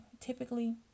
typically